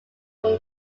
from